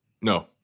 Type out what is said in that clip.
No